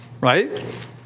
Right